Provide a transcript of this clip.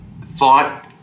thought